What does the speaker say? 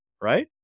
Right